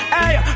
Hey